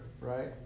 right